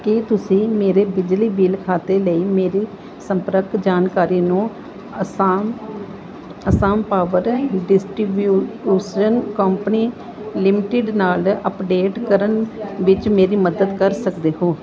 ਕੀ ਤੁਸੀਂ ਮੇਰੇ ਬਿਜਲੀ ਬਿੱਲ ਖਾਤੇ ਲਈ ਮੇਰੀ ਸੰਪਰਕ ਜਾਣਕਾਰੀ ਨੂੰ Assam Assam power distribution company limited ਨਾਲ ਅੱਪਡੇਟ ਕਰਨ ਵਿੱਚ ਮੇਰੀ ਮਦਦ ਕਰ ਸਕਦੇ ਹੋ